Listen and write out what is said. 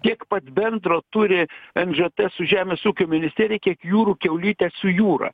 tiek pat bendro turi nžt su žemės ūkio ministerija kiek jūrų kiaulytė su jūra